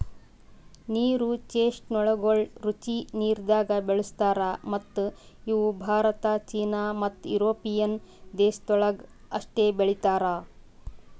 ನೀರು ಚೆಸ್ಟ್ನಟಗೊಳ್ ರುಚಿ ನೀರದಾಗ್ ಬೆಳುಸ್ತಾರ್ ಮತ್ತ ಇವು ಭಾರತ, ಚೀನಾ ಮತ್ತ್ ಯುರೋಪಿಯನ್ ದೇಶಗೊಳ್ದಾಗ್ ಅಷ್ಟೆ ಬೆಳೀತಾರ್